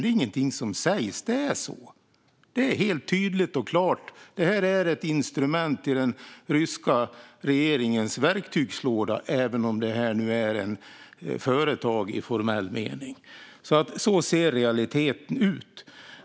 Det är ingenting som sägs, utan det är så. Det är tydligt och klart. Gruppen är ett instrument i den ryska regeringens verktygslåda - även om den är ett företag i formell mening. Så ser realiteten ut.